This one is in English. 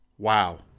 Wow